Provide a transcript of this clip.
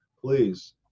please